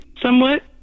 somewhat